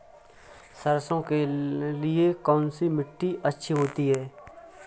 सरसो के लिए कौन सी मिट्टी अच्छी होती है?